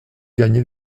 gagner